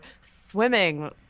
swimming